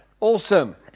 Awesome